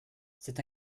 c’est